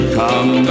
come